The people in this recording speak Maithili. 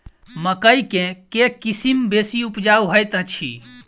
मकई केँ के किसिम बेसी उपजाउ हएत अछि?